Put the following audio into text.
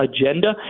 agenda